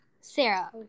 Sarah